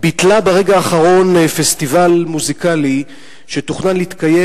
ביטלה ברגע האחרון פסטיבל מוזיקלי שתוכנן להתקיים